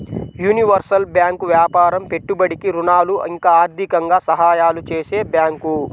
universal bank వ్యాపారం పెట్టుబడికి ఋణాలు ఇంకా ఆర్థికంగా సహాయాలు చేసే బ్యాంకు